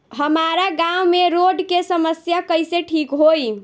हमारा गाँव मे रोड के समस्या कइसे ठीक होई?